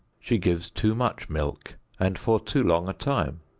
she gives too much milk and for too long a time.